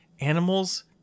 animals